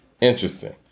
Interesting